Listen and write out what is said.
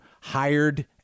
hired